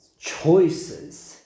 choices